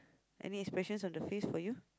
any expression on the face for you